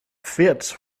fits